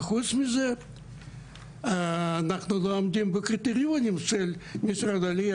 וחוץ מזה אנחנו לא עומדים בקריטריונים של משרד העלייה